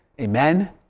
amen